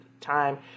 Time